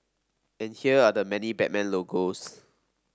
and here are the many Batman logos